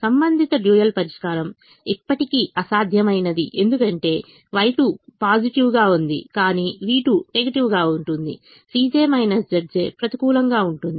సంబంధిత డ్యూయల్ పరిష్కారం ఇప్పటికీ అసాధ్యమైనది ఎందుకంటే Y2 పాజిటివ్ గా ఉంది కానీ v2 నెగిటివ్గా ఉంటుంది ప్రతికూలంగా ఉంటుంది